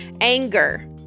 anger